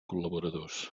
col·laboradors